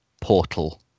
portal